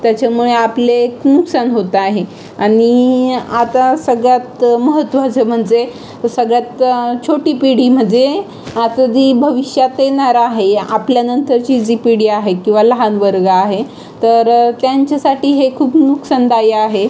त्याच्यामुळे आपले नुकसान होत आहे आणि आता सगळ्यात महत्त्वाचं म्हणजे सगळ्यात छोटी पिढी म्हणजे आता जी भविष्यात येणार आहे आपल्यानंतरची जी पिढी आहे किंवा लहान वर्ग आहे तर त्यांच्यासाठी हे खूप नुकसानदायी आहे